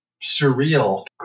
surreal